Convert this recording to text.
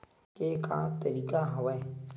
के का तरीका हवय?